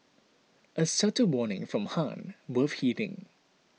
a subtle warning from Han worth heeding